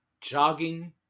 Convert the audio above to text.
jogging